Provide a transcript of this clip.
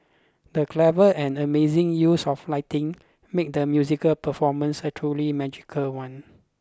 the clever and amazing use of lighting made the musical performance a truly magical one